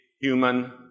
human